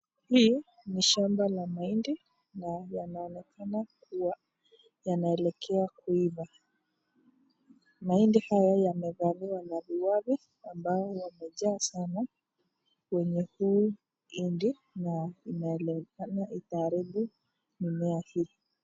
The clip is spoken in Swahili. Hii ni shamba la mahindi, na yanaonekana kuwa yanaelekea kuiva. Mahindi haya yamevalimwa na waviwavi ambayo yamejaa sana kwenye huu hindi, na inaonekana itaharibu mimie hii.